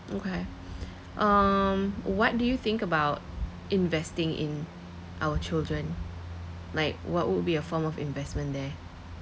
okay um what do you think about investing in our children like what would be a form of investment there